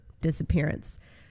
disappearance